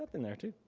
in there too.